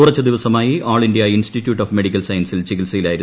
കുറച്ചു ദിവസമായി all India institute of medical സയൻസസിൽ ചികിത്സയിലായിരുന്നു